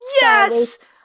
Yes